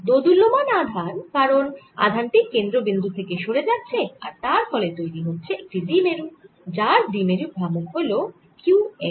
দোদুল্যমান আধান কারণ আধান টি কেন্দ্র বিন্দু থেকে সরে যাচ্ছে আর তার ফলে তৈরি হচ্ছে একটি দ্বিমেরু যার দ্বিমেরু ভ্রামক হল q x